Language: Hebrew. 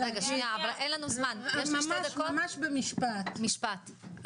ממש במשפט,